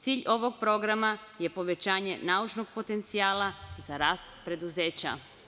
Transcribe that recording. Cilj ovog programa je povećanje naučnog potencijala za rast preduzeća.